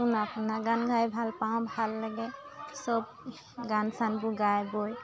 পুণা পুৰণা গান গাই ভাল পাওঁ ভাল লাগে চব গান চানবোৰ গাই বৈ